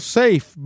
safe